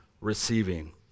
receiving